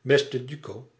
beste duco